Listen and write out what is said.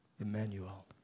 Emmanuel